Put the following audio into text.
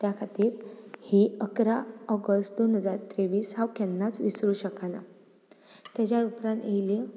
त्या खातीर ही इकरा ऑगस्ट दोन हजार तेव्वीस हांव केन्नाच विसरूंक शकना तेच्या उपरांत येली